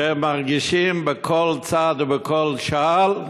שמרגישים בכל צעד ובכל שעל,